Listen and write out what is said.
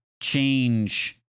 change